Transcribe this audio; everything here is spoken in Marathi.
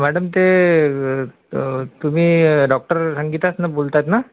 मॅडम ते तुम्ही डॉक्टर संगीताच ना बोलतात ना